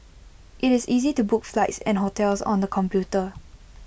IT is easy to book flights and hotels on the computer